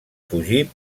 fugir